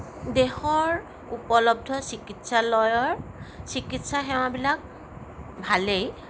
দেশৰ উপলব্ধ চিকিৎসালয়ৰ চিকিৎসা সেৱাবিলাক ভালেই